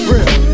Real